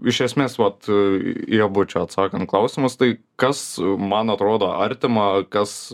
iš esmės vat į abu čia atsakant klausimus tai kas man atrodo artima kas